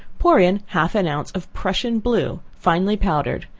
put in half an ounce of prussian blue, finely powdered,